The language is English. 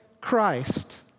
Christ